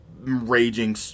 raging